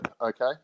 okay